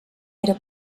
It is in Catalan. era